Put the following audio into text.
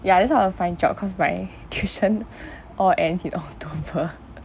ya that's what I want to find job cause my tuition all ends in october